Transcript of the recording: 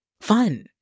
fun